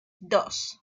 dos